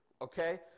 Okay